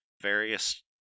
various